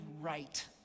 right